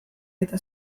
eta